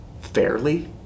fairly